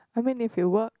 I mean if you work